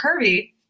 curvy